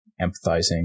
empathizing